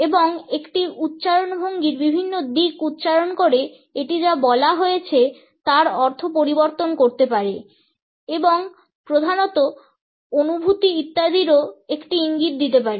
এবং একটি উচ্চারণ ভঙ্গির বিভিন্ন দিক উচ্চারণ করে এটি যা বলা হয়েছে তার অর্থ পরিবর্তন করতে পারে এবং প্রধানত অনুভূতি ইত্যাদির একটি ইঙ্গিতও দিতে পারে